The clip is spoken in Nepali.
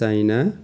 चाइना